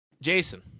Jason